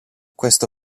questo